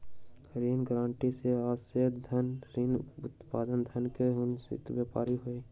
ऋण गारंटी सॅ आशय अछि जे ऋणदाताक धन के सुनिश्चित वापसी होय